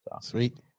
Sweet